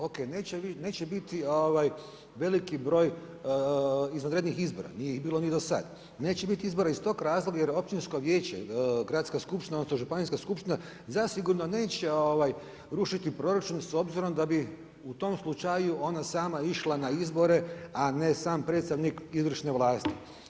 Ok, neće biti veliki broj izvanrednih izbora, nije ih bilo ni do sada, neće biti izbora iz tog razloga jer općinsko vijeće, gradska skupština, odnosno županijska skupština zasigurno neće rušiti proračun s obzirom da bi u tom slučaju ona sama išla na izbore a ne sam predstavnik izvršne vlasti.